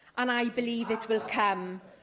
and i believe it will come.